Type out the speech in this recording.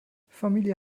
familie